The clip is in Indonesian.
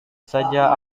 saja